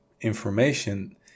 information